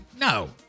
no